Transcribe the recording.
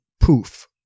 poof